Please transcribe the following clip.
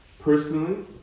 personally